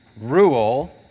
rule